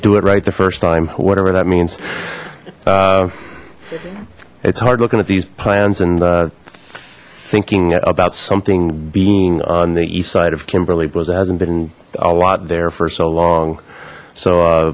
do it right the first time whatever that means it's hard looking at these plans and thinking about something being on the east side of kimberly beause it hasn't been a lot there for so long so uh